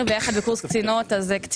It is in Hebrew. בקורס קצינות.